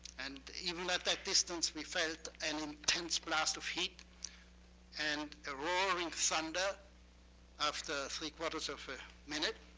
and even at that distance, we felt an intense blast of heat and a roaring thunder after three quarters of a minute.